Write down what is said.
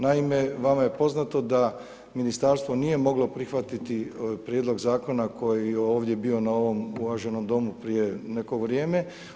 Naime vama je poznato da ministarstvo nije moglo prihvatiti prijedlog zakona koji ovdje je bio u ovom uvaženom Domu prije neko vrijeme.